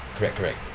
correct correct